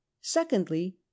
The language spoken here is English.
secondly